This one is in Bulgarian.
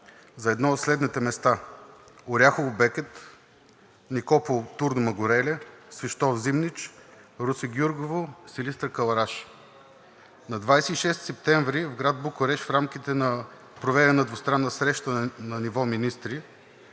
за едно от следните места: Оряхово – Бекет; Никопол – Турномагурели; Свищов – Зимнич; Русе – Гюргево; Силистра – Кълъраш. На 26 септември в град Букурещ в рамките на проведена двустранна среща на ниво министри